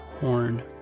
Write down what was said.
horn